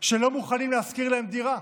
שלא מוכנים להשכיר להם דירה.